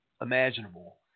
imaginable